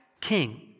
king